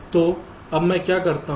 तो अब मैं क्या करता हूं